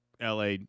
LA